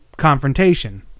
confrontation